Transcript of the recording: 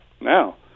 Now